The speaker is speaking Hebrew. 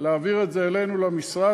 להעביר את זה אלינו למשרד,